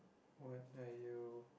what are you